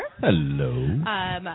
Hello